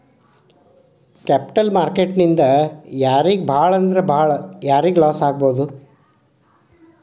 Capital market ನಿಂದಾ ಯಾರಿಗ್ ಭಾಳಂದ್ರ ಭಾಳ್ ಯಾರಿಗ್ ಲಾಸಾಗ್ಬೊದು?